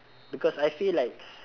because I feel like